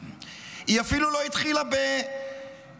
והיא אפילו לא התחילה ב-1933,